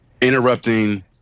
interrupting